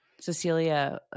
Cecilia